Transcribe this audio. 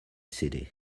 city